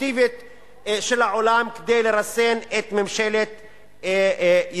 אקטיבית של העולם כדי לרסן את ממשלת ישראל.